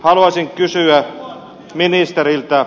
haluaisin kysyä ministeriltä